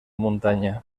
muntanya